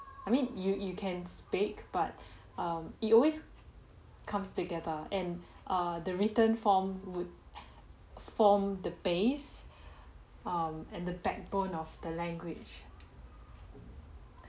I mean you you can speak but um it always comes together and err the written form would form the base um and the backbone of the language